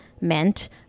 meant